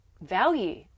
value